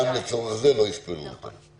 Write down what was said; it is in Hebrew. גם לצורך זה לא ייספרו אותם.